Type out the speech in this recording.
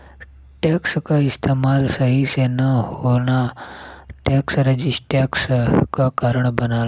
tax क इस्तेमाल सही से न होना टैक्स रेजिस्टेंस क कारण बनला